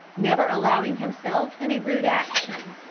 never allowing himself in a rude action.